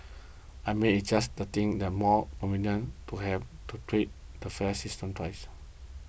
I mean it's just that the think the more convenient to have to tweak the fare system twice